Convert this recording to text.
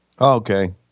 Okay